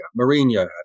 Mourinho